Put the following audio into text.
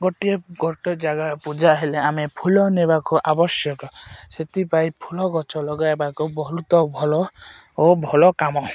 ଗୋଟିଏ ଗୋଟେ ଜାଗା ପୂଜା ହେଲେ ଆମେ ଫୁଲ ନେବାକୁ ଆବଶ୍ୟକ ସେଥିପାଇଁ ଫୁଲ ଗଛ ଲଗାଇବାକୁ ବହୁତ ଭଲ ଓ ଭଲ କାମ